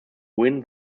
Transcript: win